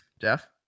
Jeff